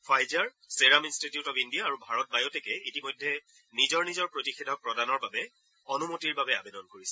Pfizer serum ইপটিটিউট of India আৰু ভাৰত বায়'টেকে ইতিমধ্যে নিজৰ নিজৰ প্ৰতিষেধক প্ৰদানৰ অনুমতিৰ বাবে আৱেদন কৰিছে